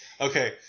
Okay